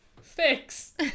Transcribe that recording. fix